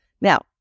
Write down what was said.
Now